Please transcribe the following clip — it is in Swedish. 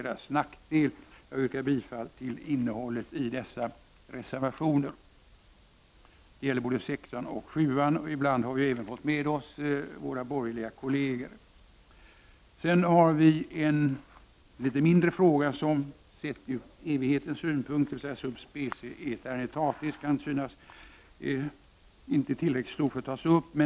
Jag yrkar bifall till dessa reservationer, dvs. reservationerna 6 och 7. Ibland har vi också fått med oss våra borgerliga kolleger. Sedan har vi en litet mindre fråga som sedd ur evighetens synvinkel, sub specie aeternitatis, kan synas för liten att tas upp.